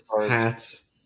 hats